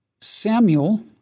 Samuel